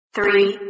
Three